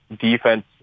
defense